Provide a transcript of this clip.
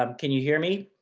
um can you hear me?